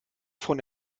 von